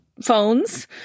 phones